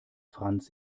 franz